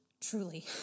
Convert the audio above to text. Truly